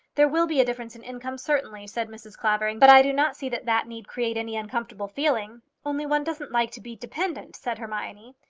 there will be a difference in income certainly, said mrs. clavering, but i do not see that that need create any uncomfortable feeling. only one doesn't like to be dependent, said hermione.